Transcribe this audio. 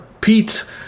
Pete